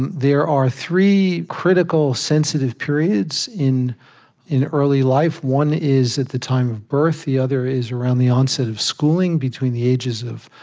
and there are three critical sensitive periods in in early life. one is at the time of birth the other is around the onset of schooling, between the ages of,